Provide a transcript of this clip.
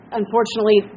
unfortunately